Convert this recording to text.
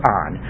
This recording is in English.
on